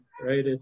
right